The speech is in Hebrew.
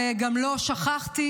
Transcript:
וגם לא שכחתי,